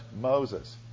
Moses